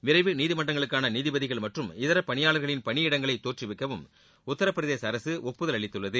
விரைவு நீதிமன்றங்களுக்கான நீதிபதிகள் மற்றும் இதர பணியாளர்களின் பணியிடங்களை தோற்றுவிக்கவும் உத்திரபிரதேச அரசு ஒப்புதல் அளித்துள்ளது